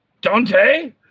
Dante